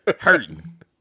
Hurting